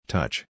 Touch